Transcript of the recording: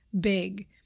big